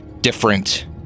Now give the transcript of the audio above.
different